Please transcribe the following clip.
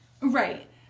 Right